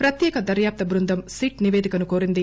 ప్రత్యేక దర్యాప్తు బృందం సిట్ నిపేదికను కోరింది